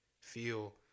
feel